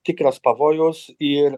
tikras pavojaus ir